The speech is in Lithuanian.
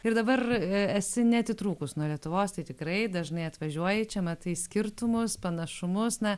ir dabar esi neatitrūkus nuo lietuvos tai tikrai dažnai atvažiuoji čia matai skirtumus panašumus na